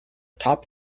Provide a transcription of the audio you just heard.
top